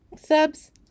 subs